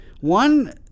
One